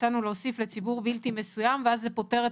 הצענו להוסיף "לציבור בלתי מסוים" ואז זה פותר את